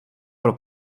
pro